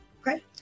okay